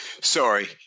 sorry